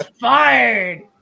fired